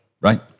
right